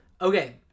Okay